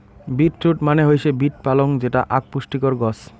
beet root মানে হৈসে beet পালং যেটা আক পুষ্টিকর গছ